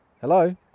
hello